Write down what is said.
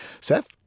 Seth